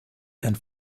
and